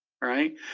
right